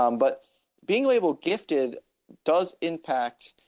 um but being labeled gifted does impact,